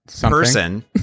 person